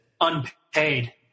unpaid